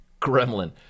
Gremlin